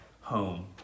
home